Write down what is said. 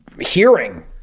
hearing